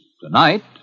tonight